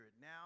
now